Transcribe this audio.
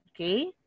okay